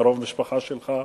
קרוב משפחה שלך.